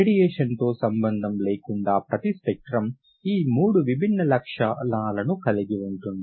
రేడియేషన్తో సంబంధం లేకుండా ప్రతి స్పెక్ట్రం ఈ మూడు విభిన్న లక్షణాలను కలిగి ఉంటుంది